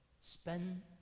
spend